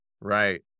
Right